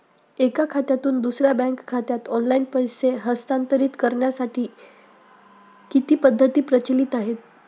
एका खात्यातून दुसऱ्या बँक खात्यात ऑनलाइन पैसे हस्तांतरित करण्यासाठी किती पद्धती प्रचलित आहेत?